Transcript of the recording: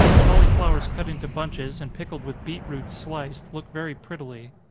cauliflowers cut into bunches, and pickled with beet roots sliced, look very prettily.